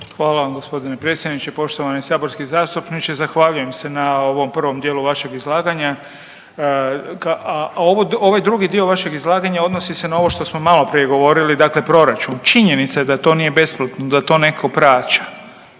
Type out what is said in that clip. Hvala vam g. predsjedniče. Poštovani saborski zastupniče. Zahvaljujem se na ovom prvom dijelu vašeg izlaganja, a ovaj drugi dio vašeg izlaganja odnosi se na ovo što smo maloprije govorili, dakle proračun. Činjenica da to nije besplatno da to neko plaća